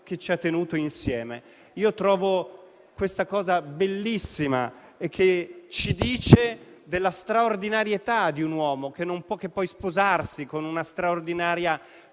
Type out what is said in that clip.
che ci ha tenuto insieme». Trovo questa cosa bellissima e ci dice della straordinarietà di un uomo, che non può che sposarsi con una straordinaria